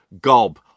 gob